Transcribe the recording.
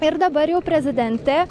ir dabar jau prezidentė